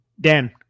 Dan